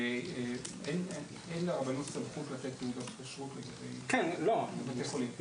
אין לרבנות סמכות לתת תעודת כשרות לגבי בתי חולים.